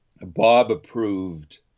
Bob-approved